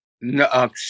No